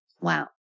Wow